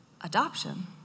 adoption